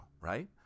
right